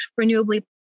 renewably